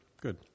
Good